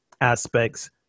aspects